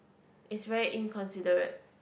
is very inconsiderate